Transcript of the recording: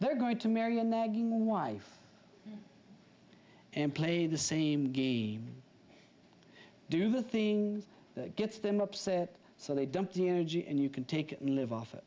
they're going to marry a nagging wife and play the same game do the things that gets them upset so they dump the energy and you can take it and live off it